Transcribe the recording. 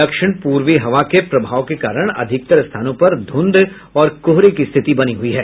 दक्षिणी पूर्वी हवा के प्रभाव के कारण अधिकतर स्थानों पर धुंध और कोहरे की स्थिति बनी हुई है